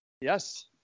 yes